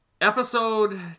episode